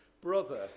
brother